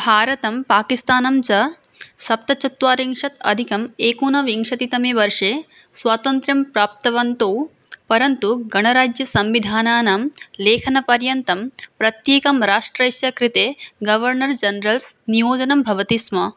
भारतं पाकिस्तानं च सप्तचत्वारिंशत् अधिकम् एकोनविंशतितमे वर्षे स्वातन्त्र्यं प्राप्तवन्तौ परन्तु गणराज्यसंविधानानाम् लेखनपर्यन्तं प्रत्येकस्य राष्ट्रस्य कृते गवर्नर् जनरल्स् नियोजनं भवति स्म